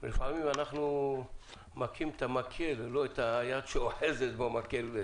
ולפעמים אנחנו מכים את המקל ולא את היד שאוחזת במקל.